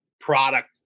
product